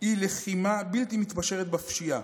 היא לחימה בלתי מתפשרת בפשיעה,